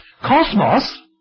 Cosmos